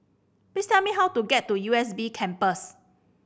please tell me how to get to U S B Campus